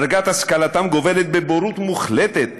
דרגת השכלתם גובלת בבורות מוחלטת,